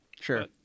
Sure